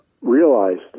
realized